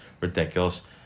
ridiculous